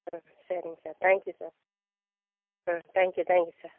okay சரிங்க sir thank you sir ஆ thank you thank you sir